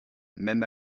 même